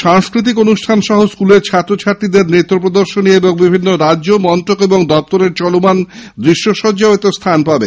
সাংস্কৃতিক অনুষ্ঠান সহ স্কুলের ছাত্রছাত্রীদের নৃত্য প্রদর্শনী এবং বিভিন্ন রাজ্য মন্ত্রক ও দপ্তরের চলমান দৃশ্য স্থান পাবে